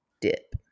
dip